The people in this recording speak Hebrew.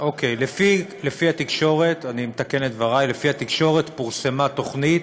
לפי התקשורת פורסמה תוכנית,